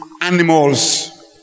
animals